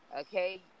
Okay